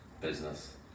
business